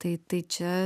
tai tai čia